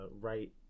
right